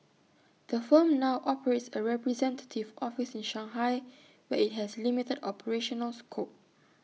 the firm now operates A representative office in Shanghai where IT has limited operational scope